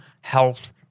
health